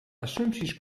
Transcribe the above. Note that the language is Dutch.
assumpties